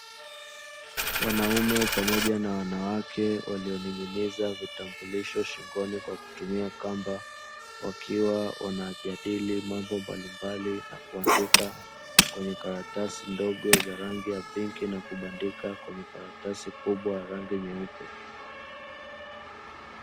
Wanaume pamoja na wanawake walioning'iza vutambulisho shingoni kwa kutumia kamba, wakiwa wanajadili mambo mbalimbali na kuandika kwenye karatasi ndogo zenye rangi ya pinki na kubandika kwenye karatasi kubwa ya rangi nyeupe.